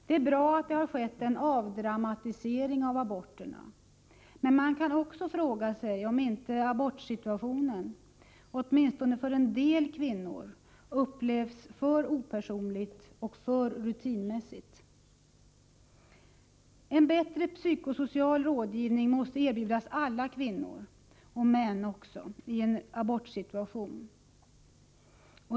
Det är bra att det har skett en avdramatisering av aborterna, men man kan också fråga sig om inte abortsituationen, åtminstone för en del kvinnor, upplevs för opersonligt och för rutinmässigt. En bättre psykosocial rådgivning måste erbjudas alla kvinnor och män i en abortsituation.